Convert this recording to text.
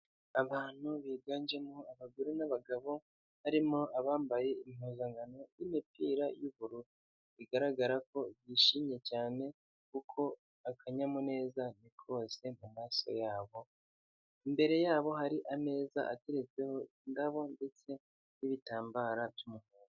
Abantu biganjemo abagore n'abagabo, harimo abambaye impuzankano y'imipira y'ubururu, bigaragara ko bishimye cyane kuko akanyamuneza ni kose mu maso yabo. Imbere yabo hari ameza ateretseho indabo ndetse n'ibitambararo by'umuhondo.